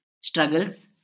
struggles